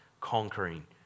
conquering